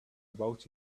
about